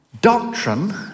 doctrine